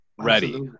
ready